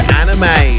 anime